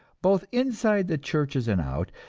both inside the churches and out,